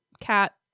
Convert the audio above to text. cat